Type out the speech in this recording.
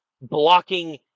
blocking